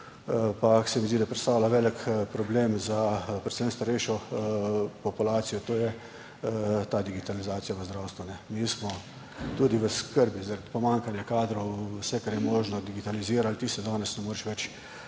pa se mi zdi, da predstavlja velik problem predvsem za starejšo populacijo, je digitalizacija v zdravstvu. Mi smo tudi v skrbi zaradi pomanjkanja kadrov vse, kar je možno, digitalizirali. Ti danes ne moreš več